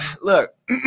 look